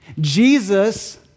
Jesus